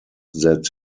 that